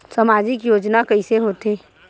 सामजिक योजना कइसे होथे?